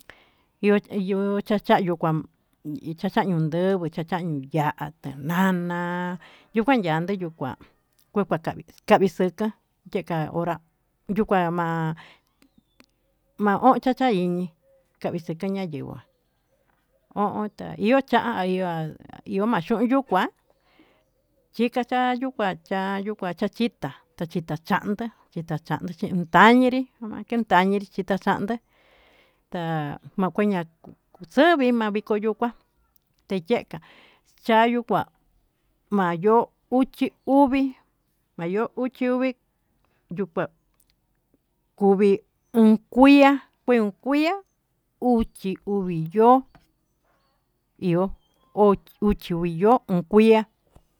Yuu yuu chachiyu kuan chachayu ndunguó kuu chachañio ya'atá nana yukayande yuu kuá, kue kavii kavii xeka'a yeka'a hora yuu kua ma'a, ma ho chacha iñii kamixeka ña'a yenguá ho o ta iho cha'a ya'a iho ma'a chun yukuá chikayu yuu kua chayó chachita cha kitá chandá chita chanda chintayinrí ha keñandiri chicha chandá ta'a makueña xuvii ña'a ndiko yuu kuá teyeka chayu kuá ma'a yó uxi uvii mayuu uxi uvii yuu kuá kuvii o'on kuiá kuion kuiá uxi uvii yo'ó iho uxi iho yo kuiá.